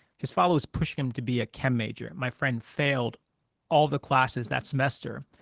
his father was pushing him to be a chem major. my friend failed all the classes that semester.